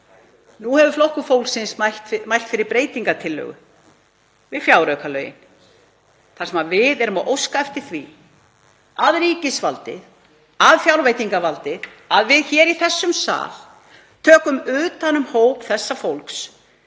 Nú hefur Flokkur fólksins mælt fyrir breytingartillögu við fjáraukalagafrumvarpið þar sem við óskum eftir því að ríkisvaldið, fjárveitingavaldið, við í þessum sal, taki utan um hóp þessa fólks